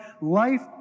life